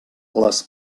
les